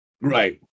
Right